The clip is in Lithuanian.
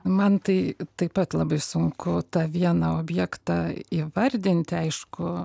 man tai taip pat labai sunku tą vieną objektą įvardinti aišku